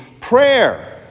prayer